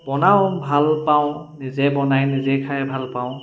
বনাওঁ ভাল পাওঁ নিজে বনাই নিজে খাই ভাল পাওঁ